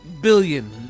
Billion